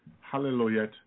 hallelujah